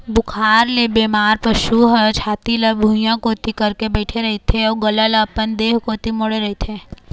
बुखार ले बेमार पशु ह छाती ल भुइंया कोती करके बइठे रहिथे अउ गला ल अपन देह कोती मोड़े रहिथे